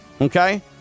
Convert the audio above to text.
Okay